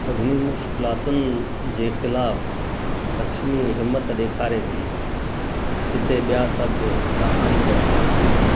सभिनी मुश्किलातुनि जे खिलाफ़ लक्ष्मी हिमतु ॾेखारे थी जिते ॿिया सभु नाकामु थियनि था